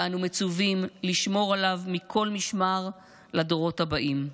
שאנו מצווים לשמור עליו מכל משמר לדורות הבאים.